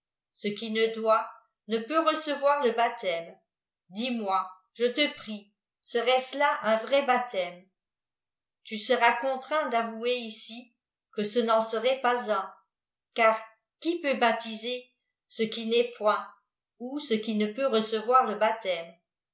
ce qui ne doit ne peut recevoir le baptême dis-moi je te prie serait-ce là un vrai baptême tu seras contraint d'avouer ici que ce n'en serait pas un car qui peut baptiser ce qui n'est point ou ce qui ne peut recevoir le baptême